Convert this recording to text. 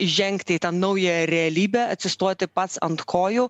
įžengti į tą naująją realybę atsistoti pats ant kojų